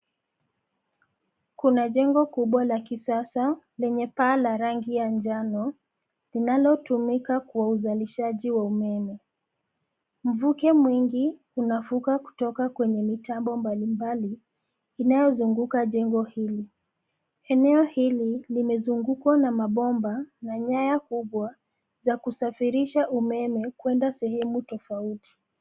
Kuna jengo kubwa la kisasa, lenye paa la rangi ya njano, linalotumika kwa uzalishaji wa umeme, mvuke mwingi, unafuka kutoka kwenye mitambo mbali mbali, inayozunguka jengo hili, eneo hili limezungukwa na mabomba na nyaya kubwa, za kusafirisha umeme kwenda sehemu tofauti.